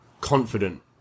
confident